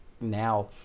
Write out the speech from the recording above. now